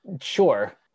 sure